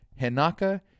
Hinaka